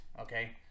okay